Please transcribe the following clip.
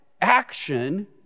action